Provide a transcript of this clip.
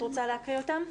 את רוצה להקריא אותן?